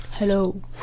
Hello